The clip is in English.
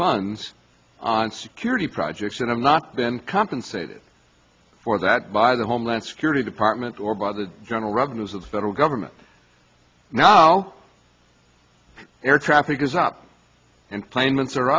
funds on security projects that have not been compensated for that by the homeland security department or by the general revenues of the federal government now air traffic is up and claimants are